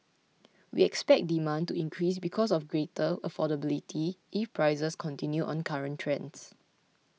we expect demand to increase because of greater affordability if prices continue on current trends